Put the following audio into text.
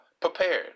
prepared